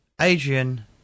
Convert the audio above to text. Adrian